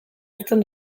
uzten